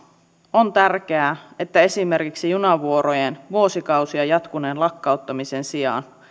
on tärkeää että esimerkiksi junavuorojen vuosikausia jatkuneen lakkauttamisen sijaan